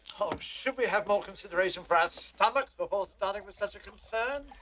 oh, shouldn't we have more consideration for our stomachs before starting with such a concern?